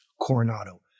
Coronado